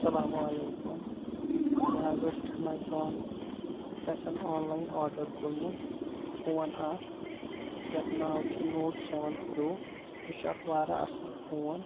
اسلامُ علیکمُ مےٚ حظ اوس ایمازان پیٹھ آن لاین آڈر کوٚرمُت فون اکھ یتھ ناو چھُ نوٹ سیون پرو یہِ چھِ اکھ واریاہ اصل فون